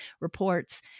reports